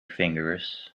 fingers